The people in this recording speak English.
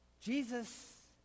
Jesus